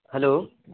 hello